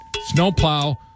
snowplow